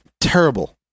terrible